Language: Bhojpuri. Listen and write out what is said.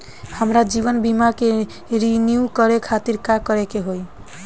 हमार जीवन बीमा के रिन्यू करे खातिर का करे के होई?